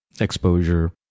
exposure